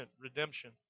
redemption